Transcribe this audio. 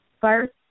First